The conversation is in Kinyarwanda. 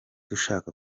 dushaka